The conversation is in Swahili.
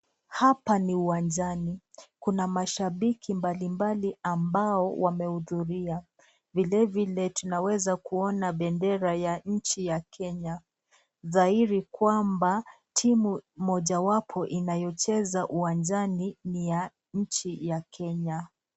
Hapa ni uwanjani, kuna mashabiki mbalimbali ambao wame hudhuria. Vile vile tunaweza kuona bendera ya nchi ya Kenya dhahiri kwamba timu moja inayocheza uwanjani ni ya nchi ya Kenya.